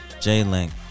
J-Link